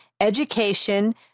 education